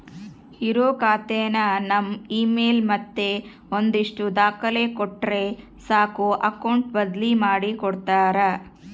ಇರೋ ಖಾತೆನ ನಮ್ ಇಮೇಲ್ ಮತ್ತೆ ಒಂದಷ್ಟು ದಾಖಲೆ ಕೊಟ್ರೆ ಸಾಕು ಅಕೌಟ್ ಬದ್ಲಿ ಮಾಡಿ ಕೊಡ್ತಾರ